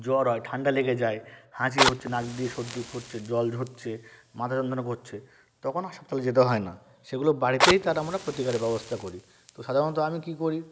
জ্বর হয় ঠান্ডা লেগে যায় হাঁচি হচ্ছে নাক দিয়ে সর্দি পড়ছে জল ঝরছে মাথা যন্ত্রণা করছে তখন হাসপাতালে যেতে হয় না সেগুলো বাড়িতেই তার আমরা প্রতিকারের ব্যবস্তা করি তো সাধারণত আমি কী করি